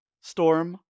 Storm